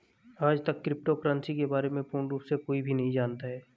आजतक crypto currency के बारे में पूर्ण रूप से कोई भी नहीं जानता है